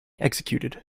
executed